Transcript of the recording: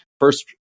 First